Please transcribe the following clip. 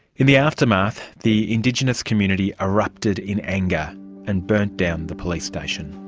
in the aftermath the indigenous community erupted in anger and burned down the police station.